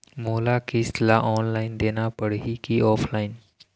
मोला किस्त ला ऑनलाइन देना पड़ही की ऑफलाइन?